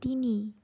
তিনি